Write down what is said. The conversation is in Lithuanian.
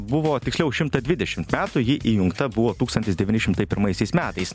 buvo tiksliau šimtą dvidešimt metų ji įjungta buvo tūkstantis devyni šimtai pirmaisiais metais